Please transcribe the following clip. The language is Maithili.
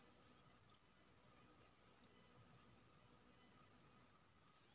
अपन उत्पाद के मोबाइल तकनीक के माध्यम से लोकल बाजार में केना बेच सकै छी?